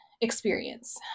experience